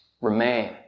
remain